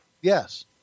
yes